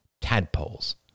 tadpoles